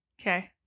Okay